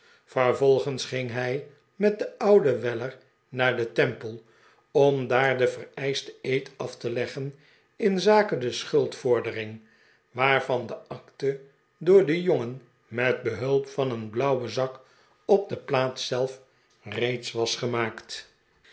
vervolgens ging hij met den ouden weller naar den temple om daar den vereischten eed af te leggen inzake de schuldvordering waarvan de acte door den jongen met behulp van den blauwen zak op de plaats zelf reeds was opgemaakt